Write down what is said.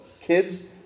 Kids